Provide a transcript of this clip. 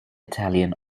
italian